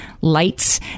lights